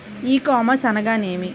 ఈ కామర్స్ అనగా నేమి?